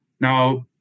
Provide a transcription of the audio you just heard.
Now